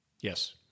Yes